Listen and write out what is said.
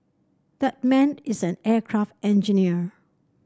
that man is an aircraft engineer